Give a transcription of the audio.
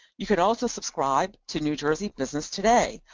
you could also subscribe to new jersey business today,